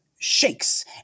shakes